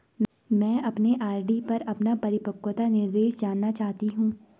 मैं अपने आर.डी पर अपना परिपक्वता निर्देश जानना चाहती हूँ